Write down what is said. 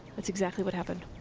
that's exactly what happened.